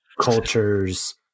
cultures